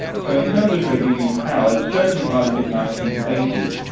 so in terms of trade union power, certainly by the mid nineteen eighty s,